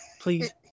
Please